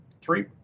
three